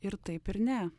ir taip ir ne